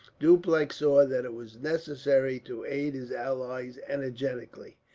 dupleix saw that it was necessary to aid his allies energetically.